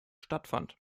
stattfand